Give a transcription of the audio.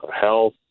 health